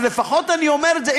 אז לפחות אני אומר את זה,